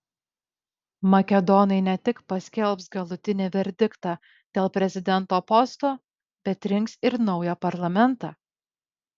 makedonai ne tik paskelbs galutinį verdiktą dėl prezidento posto bet rinks ir naują parlamentą